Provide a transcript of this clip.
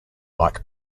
mike